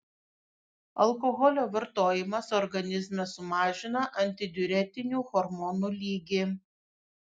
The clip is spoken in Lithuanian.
alkoholio vartojimas organizme sumažina antidiuretinių hormonų lygį